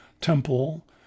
temple